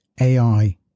AI